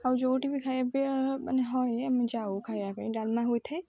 ଆଉ ଯେଉଁଠି ବି ଖାଇବା ପିଇବା ହୁଏ ଆମେ ଯେଉଁ ଖାଇବା ପାଇଁ ଡ଼ାଲମା ହୋଇଥାଏ